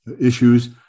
issues